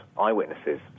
Eyewitnesses